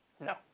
no